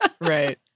Right